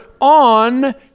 on